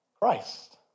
Christ